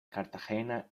cartagena